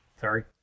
sorry